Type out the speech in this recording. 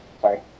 Sorry